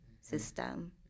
system